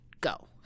go